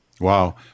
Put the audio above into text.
Wow